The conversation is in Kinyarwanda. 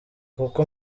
kuko